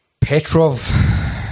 Petrov